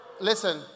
Listen